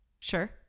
Sure